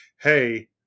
hey